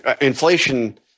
inflation